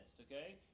okay